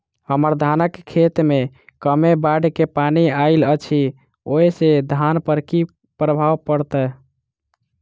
हम्मर धानक खेत मे कमे बाढ़ केँ पानि आइल अछि, ओय सँ धान पर की प्रभाव पड़तै?